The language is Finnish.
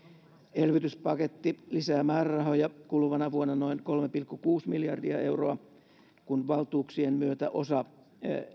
elvytyspaketti lisää määrärahoja kuluvana vuonna noin kolme pilkku kuusi miljardia euroa kun valtuuksien myötä osa